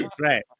Right